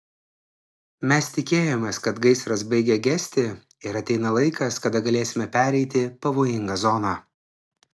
mes tikėjomės kad gaisras baigia gesti ir ateina laikas kada galėsime pereiti pavojingą zoną